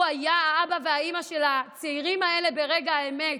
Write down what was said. הוא היה האבא והאימא של הצעירים האלה ברגע האמת.